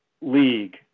league